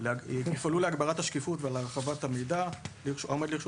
יפעלו להגברת השקיפות ולהרחבת המידע העומד לרשות